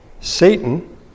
Satan